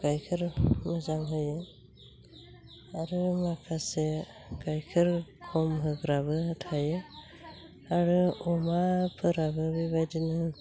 गायखेर मोजां होयो आरो माखासे गायखेर खम होग्राबो थायो आरो अमाफोराबो बेबायदिनो